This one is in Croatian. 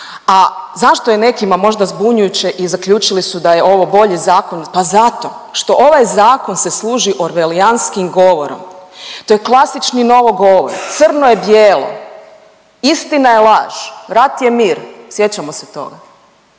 a zašto je nekima možda zbunjujuće i zaključili su da je ovo bolji zakon? Pa zato što ovaj zakon se služi orvelijanskim govorom, to je klasični novogovor, crno je bijelo, istina je laž, rat je mir, sjećamo se toga